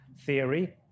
theory